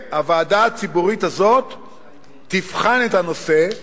והוועדה הציבורית הזו תבחן את הנושא,